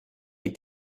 est